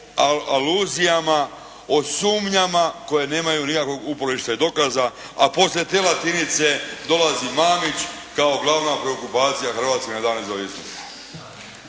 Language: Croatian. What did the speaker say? aluzijama, o sumnjama koje nemaju nikakvog uporišta i dokaza a poslije te "Latinice" dolazi Mamić kao glavna preokupacija Hrvatske na Dan nezavisnosti.